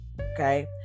Okay